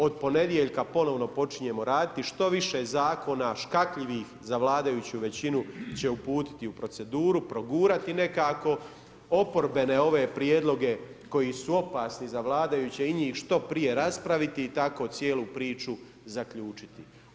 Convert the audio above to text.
Od ponedjeljka ponovno počinjemo raditi, što više zakona, škakljivih za vladajuću većinu, će uputiti u proceduru, progurati nekako oporbene ove prijedloge koji su opasni za vladajuće i njih što prije raspraviti i tako cijelu priču zaključiti.